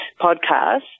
podcast